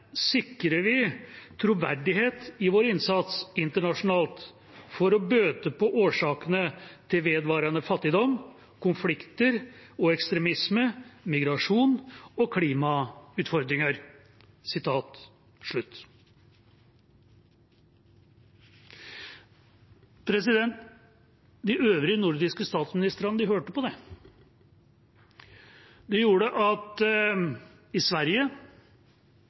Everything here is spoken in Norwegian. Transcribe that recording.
bøte på årsakene til vedvarende fattigdom, konflikter og ekstremisme, migrasjon og klimautfordringer.» De øvrige nordiske statsministrene hørte på det. Det gjorde at i Sverige,